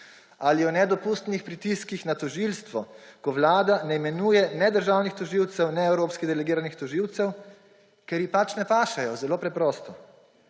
ali o nedopustnih pritiskih na tožilstvo, ko vlada ne imenuje ne državnih tožilcev ne evropskih delegiranih tožilcev, ker ji pač ne pašejo, zelo preprosto.